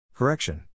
Correction